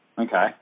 Okay